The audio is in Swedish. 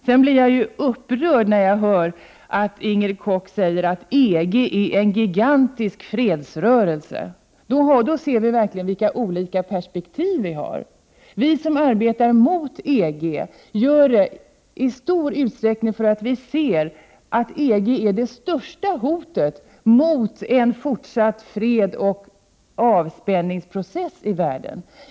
Jag blir upprörd när jag hör Inger Koch säga att EG är en gigantisk fredsrörelse. Då ser vi verkligen vilka olika perspektiv vi har. Vi som arbetar mot EG gör det i stor utsträckning därför att vi ser EG som det största hotet mot en fortsatt fredsoch avspänningsprocess i världen.